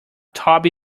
toby